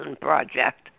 Project